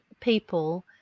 people